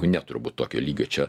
ne turbūt tokio lygio čia